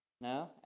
No